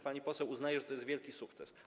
Pani poseł uznaje, że to jest wielki sukces.